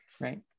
right